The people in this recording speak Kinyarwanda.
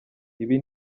ibi